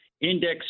index